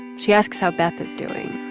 she asks how beth is doing.